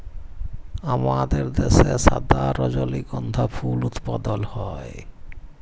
আমাদের দ্যাশে সাদা রজলিগন্ধা ফুল উৎপাদল হ্যয়